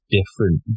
different